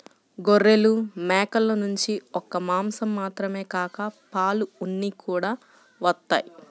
గొర్రెలు, మేకల నుంచి ఒక్క మాసం మాత్రమే కాక పాలు, ఉన్ని కూడా వత్తయ్